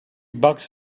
bucks